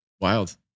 Wild